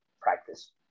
practice